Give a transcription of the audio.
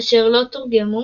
אשר לא תורגמו